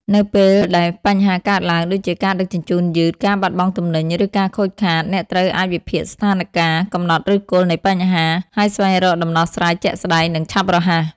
នៅពេលដែលបញ្ហាកើតឡើង (ដូចជាការដឹកជញ្ជូនយឺត ការបាត់បង់ទំនិញ ឬការខូចខាត) អ្នកត្រូវអាចវិភាគស្ថានការណ៍ កំណត់ឫសគល់នៃបញ្ហា ហើយស្វែងរកដំណោះស្រាយជាក់ស្តែង និងឆាប់រហ័ស។